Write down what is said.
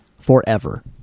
forever